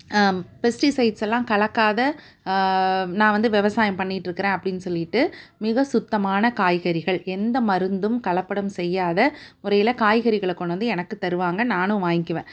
pesticides எல்லாம் கலக்காத நான் வந்து விவசாயம் பண்ணியிட்டிருக்கறேன் அப்படின்னு சொல்லிகிட்டு மிக சுத்தமான காய்கறிகள் எந்த மருந்தும் கலப்படம் செய்யாத முறையில் காய்கறிகளை கொண்டு வந்து எனக்கு தருவாங்க நானும் வாங்கிக்குவேன்